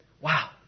Wow